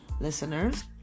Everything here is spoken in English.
listeners